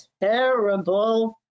terrible